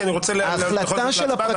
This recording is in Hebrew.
כי אני רוצה לעבור בכל זאת להצבעה,